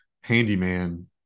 handyman